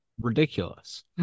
ridiculous